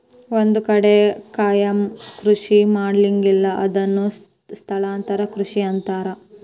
ಒಂದ ಕಡೆ ಕಾಯಮ ಕೃಷಿ ಮಾಡಂಗಿಲ್ಲಾ ಇದನ್ನ ಸ್ಥಳಾಂತರ ಕೃಷಿ ಅಂತಾರ